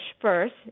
first